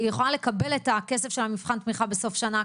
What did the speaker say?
היא יכולה לקבל את הכסף של מבחן התמיכה בסוף השנה,